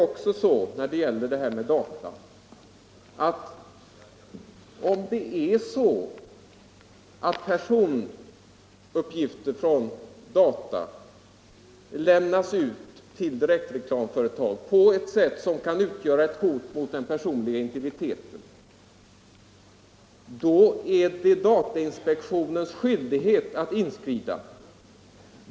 Om personuppgifter från data lämnas ut till direktreklamföretag på ett sätt som kan utgöra ett hot mot den personliga integriteten är det datainspektionens skyldighet att inskrida.